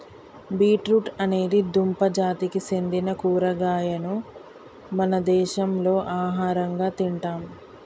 beet root అనేది దుంప జాతికి సెందిన కూరగాయను మన దేశంలో ఆహరంగా తింటాం